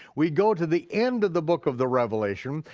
we go to the end of the book of the revelation,